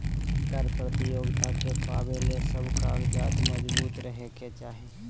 कर प्रतियोगिता के पावे ले सब कागजात मजबूत रहे के चाही